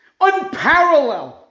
unparalleled